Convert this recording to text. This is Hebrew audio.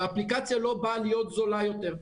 האפליקציה לא באה להיות זולה יותר.